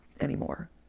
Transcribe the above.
anymore